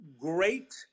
great